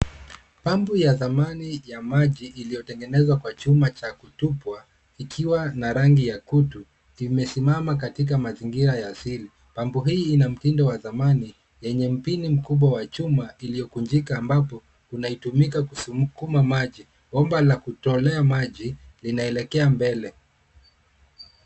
Pampu ya zamani ya maji iliyotengenezwa kwa chuma cha kutupwa ikiwa na rangi ya kutu imesimama katika mazingira ya asili. Pampu hii ina mtindo wa zamani yenye mpini mkubwa wa chuma iliyokunjika ambapo unaitumika kusukuma maji. Bomba la kutolea linaelekea mbele.